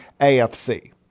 AFC